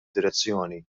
direzzjoni